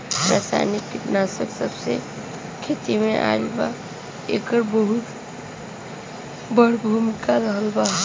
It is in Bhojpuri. रासायनिक कीटनाशक जबसे खेती में आईल बा येकर बहुत बड़ा भूमिका रहलबा